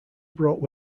brought